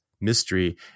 mystery